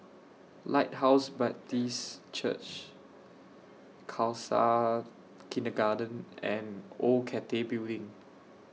Lighthouse Baptist Church Khalsa Kindergarten and Old Cathay Building